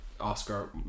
Oscar